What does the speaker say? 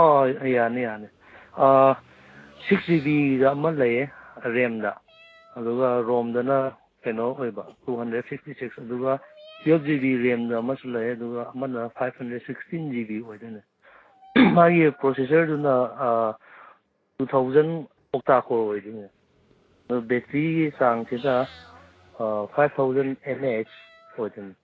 ꯑꯣ ꯌꯥꯅꯤ ꯌꯥꯅꯤ ꯁꯤꯛꯁ ꯖꯤꯕꯤꯗ ꯑꯃ ꯂꯩꯌꯦ ꯔꯦꯝꯗ ꯑꯗꯨꯒ ꯔꯣꯝꯗꯅ ꯀꯩꯅꯣ ꯑꯣꯏꯕ ꯇꯨ ꯍꯟꯗ꯭ꯔꯦꯗ ꯐꯤꯞꯇꯤ ꯁꯤꯛꯁ ꯑꯗꯨꯒ ꯇ꯭ꯋꯦꯜꯞ ꯖꯤꯕꯤ ꯔꯦꯝꯗ ꯑꯃꯁꯨ ꯂꯩ ꯑꯗꯨꯒ ꯑꯃꯅ ꯐꯥꯏꯕ ꯍꯟꯗ꯭ꯔꯦꯗ ꯁꯤꯛꯁꯇꯤꯟ ꯖꯤꯕꯤ ꯑꯣꯏꯗꯣꯏꯅꯤ ꯃꯥꯒꯤ ꯄ꯭ꯔꯣꯁꯦꯁꯔꯗꯨꯅ ꯇꯨ ꯊꯥꯎꯖꯟ ꯑꯣꯛꯇꯥ ꯀꯣꯔ ꯑꯣꯏꯗꯣꯏꯅꯦ ꯕꯦꯇ꯭ꯔꯤꯒꯤ ꯆꯥꯡ ꯁꯤꯗ five thousand M A H ꯑꯣꯏꯗꯣꯏꯅꯤ